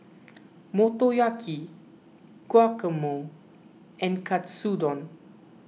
Motoyaki Guacamole and Katsudon